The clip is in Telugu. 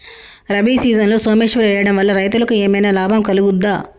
రబీ సీజన్లో సోమేశ్వర్ వేయడం వల్ల రైతులకు ఏమైనా లాభం కలుగుద్ద?